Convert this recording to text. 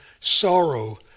sorrow